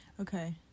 Okay